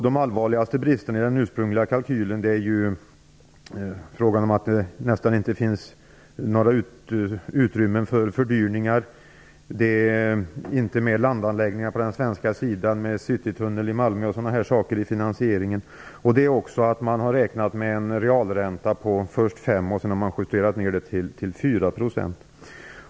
De allvarligaste bristerna i den ursprungliga kalkylen är att det inte finns några utrymmen för fördyringar. Det har inte tagits med t.ex. landanläggningar på den svenska sidan med citytunnel i Malmö i finansieringen. Man har också räknat med en realränta på först 5 %, vilket sedan har justerats ner till 4 %.